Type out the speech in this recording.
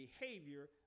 behavior